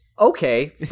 Okay